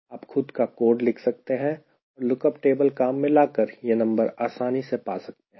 आप खुद का कोड लिख सकते हैं और लुकअप टेबल काम में लाकर यह नंबर आसानी से पा सकते हैं